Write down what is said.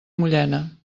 mullena